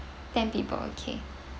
ten people okay